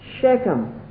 Shechem